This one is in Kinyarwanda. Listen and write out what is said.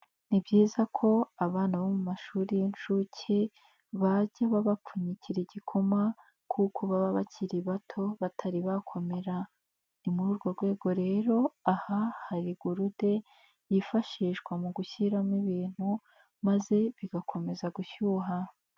Ni byiza ko abana bo mu mashuri y'inshuke bajya babapfunyikira igikoma kuko baba bakiri bato batari bakomera, ni muri urwo rwego rero aha hari gurude yifashishwa mu gushyiramo ibintu maze bigakomeza gushyuha.